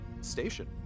station